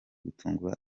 gutungura